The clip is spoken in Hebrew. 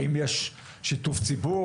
האם יש שיתוף ציבור?